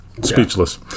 Speechless